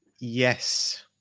Yes